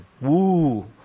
Woo